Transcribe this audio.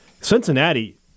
Cincinnati